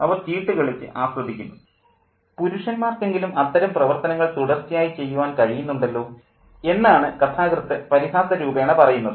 അവർ ചീട്ടുകളിച്ച് ആസ്വദിക്കുന്നു പുരുഷന്മാർക്ക് എങ്കിലും അത്തരം പ്രവർത്തനങ്ങൾ തുടർച്ചയായി ചെയ്യുവാൻ കഴിയുന്നുണ്ടല്ലോ എന്നാണ് കഥാകൃത്ത് പരിഹാസ രൂപേണ പറയുന്നത്